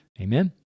Amen